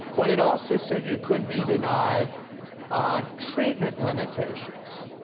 but it also said you couldn't be denied on treatment limitations.